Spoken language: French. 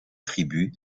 tribu